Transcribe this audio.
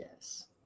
yes